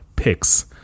picks